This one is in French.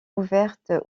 ouverte